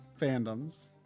fandoms